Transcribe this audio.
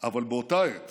אבל באותה העת